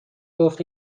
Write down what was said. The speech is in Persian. گفت